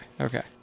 okay